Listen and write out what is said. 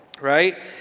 right